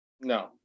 No